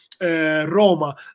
Roma